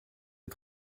est